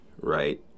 right